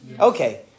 Okay